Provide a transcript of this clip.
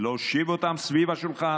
ולהושיב אותם סביב השולחן.